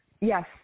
Yes